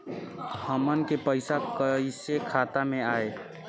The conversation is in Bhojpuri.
हमन के पईसा कइसे खाता में आय?